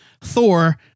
Thor